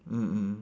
mm mm